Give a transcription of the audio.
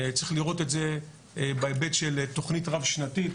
צריך לראות את זה בהיבט של תכנית רב שנתית,